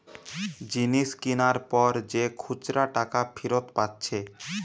জিনিস কিনার পর যে খুচরা টাকা ফিরত পাচ্ছে